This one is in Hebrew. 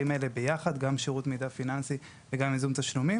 האלה ביחד גם שירות מידע פיננסי וגם ייזום תשלומים